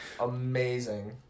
amazing